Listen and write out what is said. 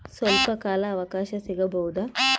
ಸ್ವಲ್ಪ ಕಾಲ ಅವಕಾಶ ಸಿಗಬಹುದಾ?